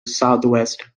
southwest